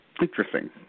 Interesting